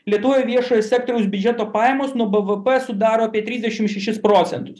lietuvoj viešojo sektoriaus biudžeto pajamos nuo b v p sudaro apie trisdešimt šešis procentus